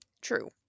True